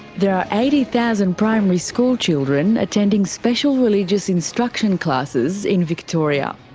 there are eighty thousand primary school children attending special religious instruction classes in victoria.